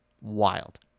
wild